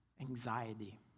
Anxiety